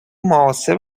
معاصر